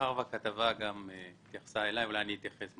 מאחר והכתבה גם התייחסה אלי, אז אולי אני אתייחס.